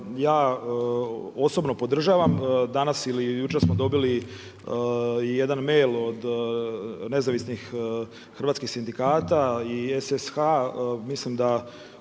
ja osobno podržavam, danas ili jučer smo dobili jedan mail od Nezavisnih hrvatskih sindikata i SSSH-a, mislim da